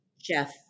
Jeff